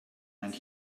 and